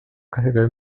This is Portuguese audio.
carregar